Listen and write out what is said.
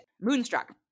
moonstruck